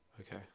Okay